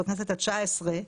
בכנסת ה-19,